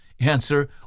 Answer